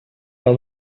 raó